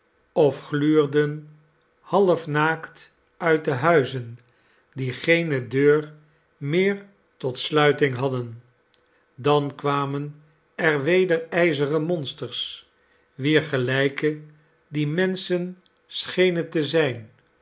of nelly gluurden half naakt uit de iiuizen die geene deur meer tot sluiting hadden dan kwamen er weder ijzeren monsters wier gelijken die menschen schenen te zijn